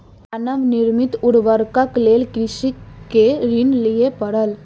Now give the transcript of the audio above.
मानव निर्मित उर्वरकक लेल कृषक के ऋण लिअ पड़ल